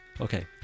Okay